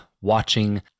watching